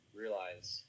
realize